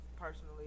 personally